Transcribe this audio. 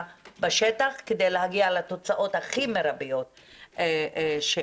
בשטח כדי להגיע לתוצאות הכי מרביות שאפשר,